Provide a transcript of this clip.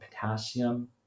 potassium